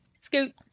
scoot